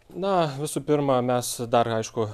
na visų pirma mes dar aišku